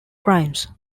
crimes